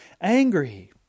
angry